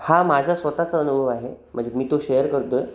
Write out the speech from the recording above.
हा माझा स्वतःचा अनुभव आहे म्हणजे मी तो शेअर करतो आहे